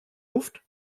luft